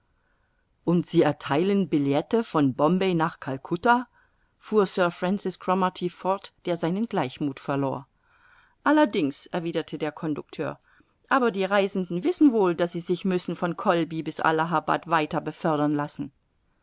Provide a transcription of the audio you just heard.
und sie ertheilen billete von bombay nach calcutta fuhr sir francis cromarty fort der seinen gleichmuth verlor allerdings erwiderte der conducteur aber die reisenden wissen wohl daß sie sich müssen von kholby bis allahabad weiter befördern lassen